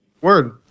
Word